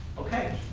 okay.